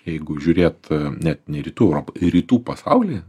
jeigu žiūrėt net ne rytų europą rytų pasaulį